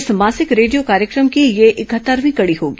इस मासिक रेडियो कार्यक्रम की यह इकहत्तरवीं कड़ी होगी